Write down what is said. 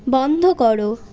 বন্ধ কর